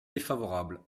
défavorable